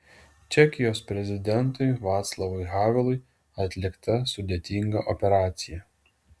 čekijos prezidentui vaclavui havelui atlikta sudėtinga operacija